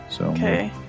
Okay